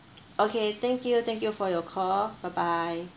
okay thank you thank you for your call bye bye